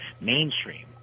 mainstream